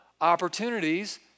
opportunities